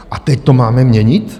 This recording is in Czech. A teď to máme měnit?